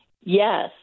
Yes